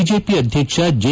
BJP ಅಧ್ಯಕ್ಷ G